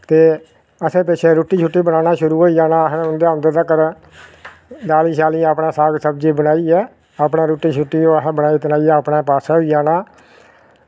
ते असें पिच्छें रुट्टी बनाना रोज़ जाना असें उं'दे औंदे तगर दालीं अपने साग सब्ज़ी बनाइयै अपने रुट्टी ओह् अपने असें बनाई अपने पासै होई जाना